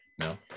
No